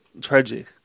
tragic